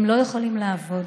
הם לא יכולים לעבוד